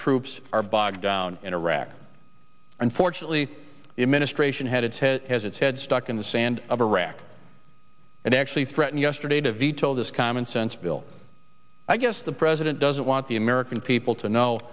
troops are bogged down in iraq unfortunately the administration headed has its head stuck in the sand of iraq and actually threatened yesterday to veto this commonsense bill i guess the president doesn't want the american people to know